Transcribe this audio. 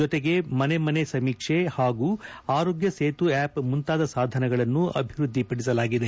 ಜೊತೆಗೆ ಮನೆ ಮನೆ ಸಮೀಕ್ಷೆ ಮತ್ತು ಆರೋಗ್ಯ ಸೇತು ಆಪ್ ಮುಂತಾದ ಸಾಧನಗಳನ್ನು ಅಭಿವ್ಯದ್ವಿಪಡಿಸಲಾಗಿದೆ